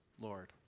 Lord